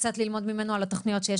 קצת ללמוד ממנו על התוכניות שיש.